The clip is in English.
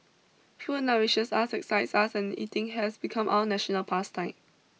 food nourishes us excites us and eating has become our national past time